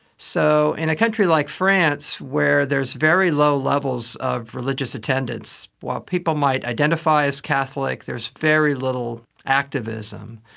so in a country like france where there is very low levels of religious attendance, while people might identify as catholic, there's very little activism.